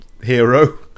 hero